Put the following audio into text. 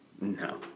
No